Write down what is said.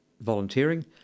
volunteering